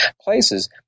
places